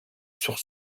sur